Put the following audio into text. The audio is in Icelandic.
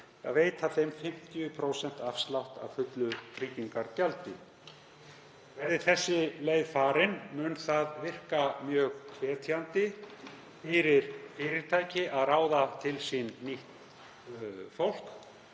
veittur 50% afsláttur af fullu tryggingagjaldi. Verði sú leið farin mun það virka mjög hvetjandi fyrir fyrirtæki að ráða til sín nýtt fólk